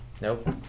Nope